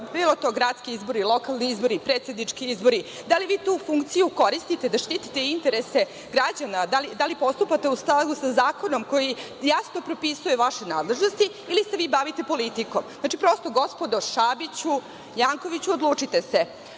bilo to gradski, lokalni, predsednički izbori, da li vi tu funkciju koristite da štitite interese građana? Da li postupate u skladu sa Zakonom koji jasno propisuje vaše nadležnosti ili se vi bavite politikom? Prosto gospodo Šabiću, Jankoviću, odlučite se.